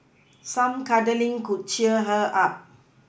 some cuddling could cheer her up